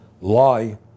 lie